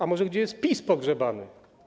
A może gdzie jest PiS pogrzebany?